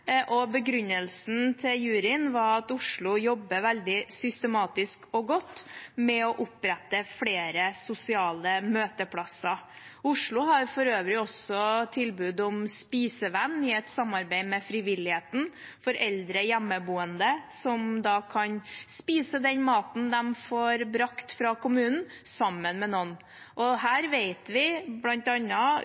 og begrunnelsen til juryen var at Oslo jobber veldig systematisk og godt med å opprette flere sosiale møteplasser. Oslo har for øvrig også tilbud om spisevenn i et samarbeid med frivilligheten for eldre hjemmeboende, som da kan spise den maten de får brakt fra kommunen, sammen med noen. Og her vet vi,